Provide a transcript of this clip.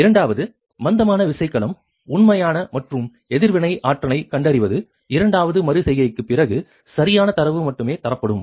இரண்டாவது மந்தமான விசைக்கலம் உண்மையான மற்றும் எதிர்வினை ஆற்றலைக் கண்டறிவது இரண்டாவது மறு செய்கைக்குப் பிறகு சரியான தரவு மட்டுமே தரப்படும்